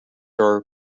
are